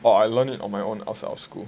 oh I learn it on my own outside of school